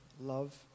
love